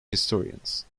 historians